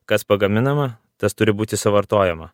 kas pagaminama tas turi būti suvartojama